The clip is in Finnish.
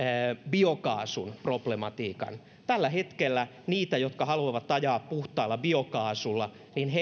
biokaasun problematiikka tällä hetkellä niitä jotka haluavat ajaa puhtaalla biokaasulla